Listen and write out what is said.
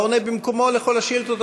אתה עונה במקומו על כל השאילתות,